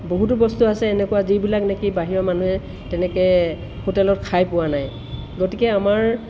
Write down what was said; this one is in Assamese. বহুতো বস্তু আছে এনেকুৱা যিবিলাক নেকি বাহিৰৰ মানুহে তেনেকৈ হোটেলত খাই পোৱা নাই গতিকে আমাৰ